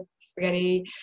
spaghetti